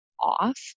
off